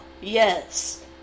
yes